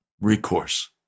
recourse